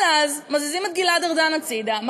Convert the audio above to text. אבל אז מזיזים את גלעד ארדן הצדה,